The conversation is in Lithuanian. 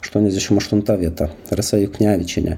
aštuoniasdešim aštunta vieta rasa juknevičienė